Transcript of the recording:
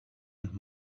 and